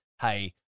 Hey